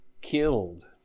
killed